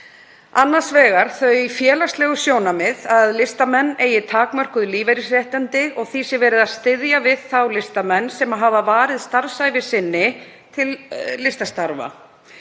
Annars vegar eru það þau félagslegu sjónarmið að listamenn eigi takmörkuð lífeyrisréttindi og því sé verið að styðja við þá listamenn sem hafa varið starfsævi sinni til listastarfa.